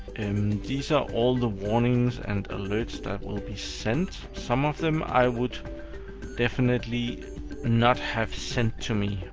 and these are all the warnings and alerts that will be sent. some of them i would definitely not have sent to me.